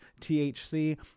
THC